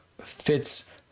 fits